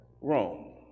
Rome